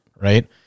right